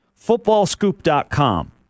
footballscoop.com